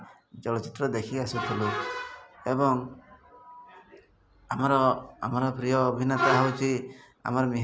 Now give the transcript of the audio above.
ସେଟାକୁ ବ୍ୟବହାର କାମରେ ଲଗାଇବ ଯେମିତି ହେଲେ ସୋସିଆଲ୍ ଡିଷ୍ଟାନ୍ସ ଯେଉଁଟା ଆମେ କହୁଛେ ସେଟା ନରଖିଲେ ଅସୁବିଧା ହେବ